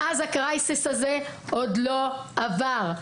מאז המשבר הזה עוד לא עבר.